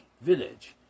village